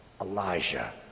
Elijah